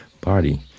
body